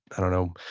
i don't know,